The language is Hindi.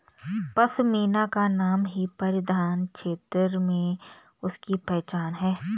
पशमीना का नाम ही परिधान क्षेत्र में उसकी पहचान है